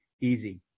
easy